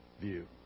view